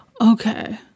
Okay